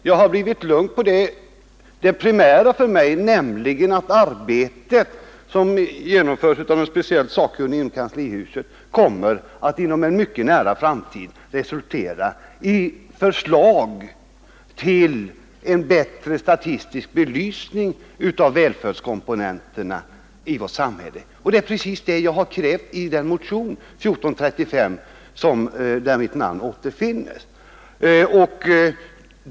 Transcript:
Jag har blivit lugn när det gäller det primära för mig, nämligen att arbete som genomförs av en speciell sakkunnig inom kanslihuset inom en nära framtid kommer att resultera i förslag till en bättre statistisk belysning av välfärdskomponenterna i vårt samhälle. Det är precis vad jag har krävt i den motion, nr 1435, där mitt namn återfinnes.